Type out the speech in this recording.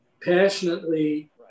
passionately